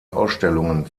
ausstellungen